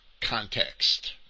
context